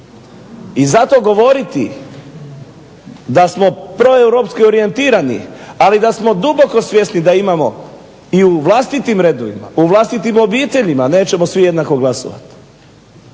I zato govoriti da smo proeuropski orijentirani ali da smo duboko svjesni da imamo i u vlastitim redovima u vlastitim obiteljima nećemo svi jednako glasovati.